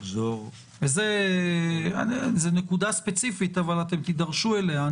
זו נקודה ספציפית אבל אתם תידרשו אליה.